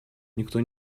никто